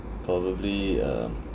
probably uh